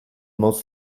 most